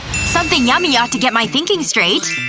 something yummy ought to get my thinking straight.